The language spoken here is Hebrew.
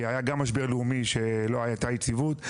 כי היה גם משבר לאומי שלא היתה יציבות,